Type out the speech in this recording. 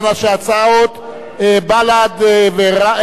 שהצעת רע"ם-תע"ל,